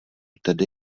tedy